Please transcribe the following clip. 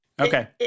Okay